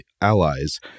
allies